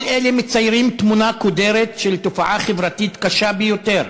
כל אלה מציירים תמונה קודרת של תופעה חברתית קשה ביותר,